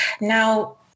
Now